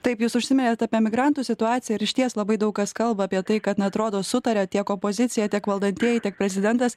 taip jūs užsiminėt apie emigrantų situaciją ir išties labai daug kas kalba apie tai kad na atrodo sutaria tiek opozicija tiek valdantieji tiek prezidentas